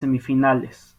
semifinales